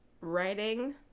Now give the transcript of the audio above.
writing